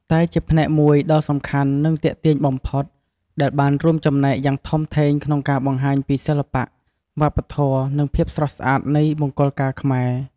តែជាផ្នែកមួយដ៏សំខាន់ និងទាក់ទាញបំផុត ដែលបានរួមចំណែកយ៉ាងធំធេងក្នុងការបង្ហាញពី សិល្បៈ វប្បធម៌ និងភាពស្រស់ស្អាត នៃមង្គលការខ្មែរ។